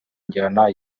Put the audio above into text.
njyana